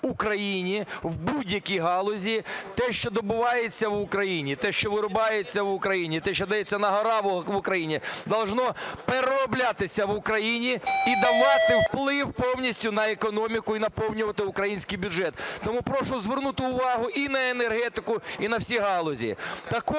Україні в будь-якій галузі. Те, що добувається в Україні, те, що вирубується в Україні, те, що дається на-гора в Україні, должно перероблятися в Україні і давати вплив повністю на економіку і наповнювати український бюджет. Тому прошу звернути увагу і на енергетику, і на всі галузі.